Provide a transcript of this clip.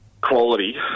quality